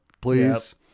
please